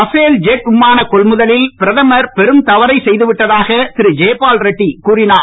Rafale jet விமான கொள்முதலில் பிரதமர் பெரும் தவறை செய்துவிட்டதாக திரு ஜெய்பால் ரெட்டி கூறினார்